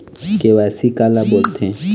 KYC काला बोलथें?